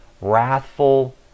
wrathful